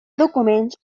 documents